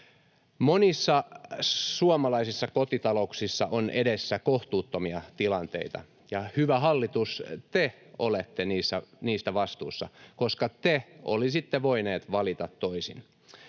Monissa suomalaisissa kotitalouksissa on edessä kohtuuttomia tilanteita ja, hyvä hallitus, te olette niistä vastuussa, koska te olisitte voineet valita toisin.